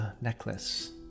necklace